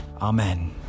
Amen